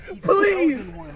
Please